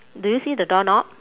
do you see the door knob